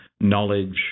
knowledge